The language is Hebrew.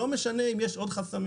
לא משנה אם יש עוד חסמים,